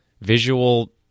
visual